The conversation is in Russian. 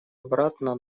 обратно